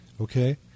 Okay